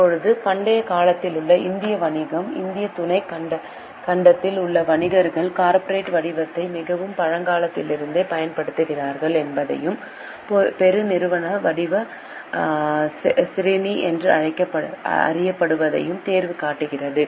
இப்போது பண்டைய காலத்திலுள்ள இந்திய வணிகம் இந்திய துணைக் கண்டத்தில் உள்ள வணிகர்கள் கார்ப்பரேட் வடிவத்தை மிகவும் பழங்காலத்திலிருந்தே பயன்படுத்துகிறார்கள் என்பதையும் பெருநிறுவன வடிவம் ஸ்ரேனி என அறியப்படுவதையும் தேர்வு காட்டுகிறது